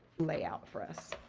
lay out for us.